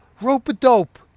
rope-a-dope